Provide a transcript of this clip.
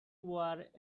war